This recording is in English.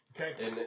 Okay